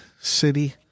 city